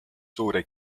suure